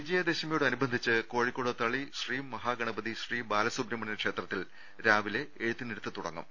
വിജയദശമിയോട് അനുബന്ധിച്ച് കോഴിക്കോട് തളിശ്രീ മഹാഗണ പതി ശ്രീബാലസുബ്രമഹ്ണൃ ക്ഷേത്രത്തിൽ രാവിലെ എഴു ത്തിനിരുത്ത് തുടങ്ങും